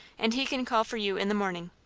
and he can call for you in the morning.